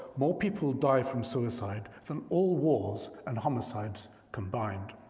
more people die from suicide than all wars and homicides combined.